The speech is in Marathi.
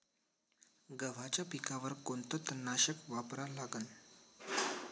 गव्हाच्या पिकावर कोनचं तननाशक वापरा लागन?